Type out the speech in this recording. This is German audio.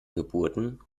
geburten